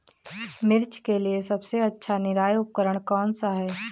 मिर्च के लिए सबसे अच्छा निराई उपकरण कौनसा है?